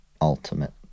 ultimate